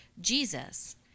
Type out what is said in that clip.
Jesus